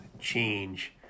change